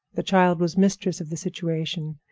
the child was mistress of the situation.